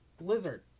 Blizzard